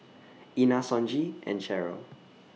Ina Sonji and Sheryl